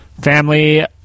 family